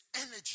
energy